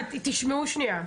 תשמעו שנייה,